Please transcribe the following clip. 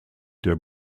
der